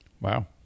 Wow